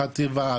חטיבה,